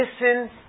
listen